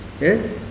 Yes